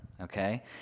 Okay